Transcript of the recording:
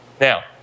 Now